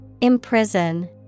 Imprison